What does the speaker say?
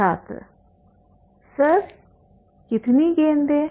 छात्र सर कितनी गेंदें